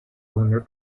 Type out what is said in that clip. owner